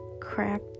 crap